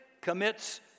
commits